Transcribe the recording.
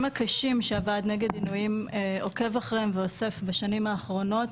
הקשים שהוועד נגד עינויים עוקב אחריהם ואוסף בשנים האחרונות